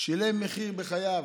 שילם מחיר בחייו,